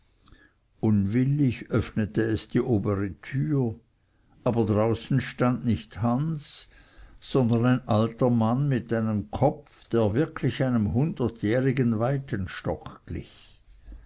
unwillig öffnete es die obere tür aber draußen stand nicht hans sondern ein alter mann mit einem kopf der wirklich einem hundertjährigen